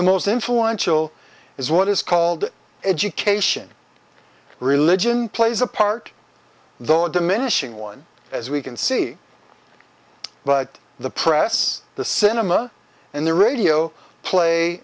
the most influential is what is called education religion plays a part though diminishing one as we can see but the press the cinema and the radio play